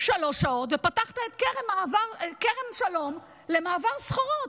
שלוש שעות ופתחת את כרם שלום למעבר סחורות,